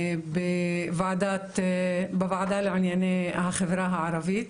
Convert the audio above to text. בוועדה לענייני החברה הערבית.